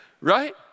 right